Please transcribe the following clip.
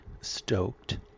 stoked